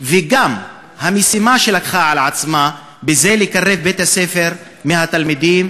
וגם המשימה שלקחה על עצמה לקרב את בית-הספר לתלמידים,